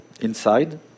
inside